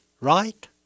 right